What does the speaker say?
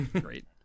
Great